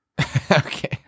Okay